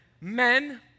men